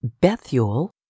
Bethuel